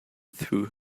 through